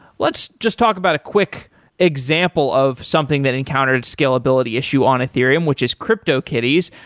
let's just talk about a quick example of something that encountered scalability issue on ethereu, um which is cryptokitties.